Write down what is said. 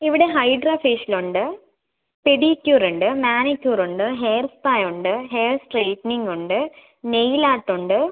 ഇവിടെ hydra facial ഉണ്ട് pedicure ഉണ്ട് മാനിക്യൂർ ഉണ്ട് ഹെയർ സ്പാ ഉണ്ട് ഹെയർ സ്ട്രെയിറ്റനിംഗ് ഉണ്ട് നെയിൽ ആർട്ട് ഉണ്ട്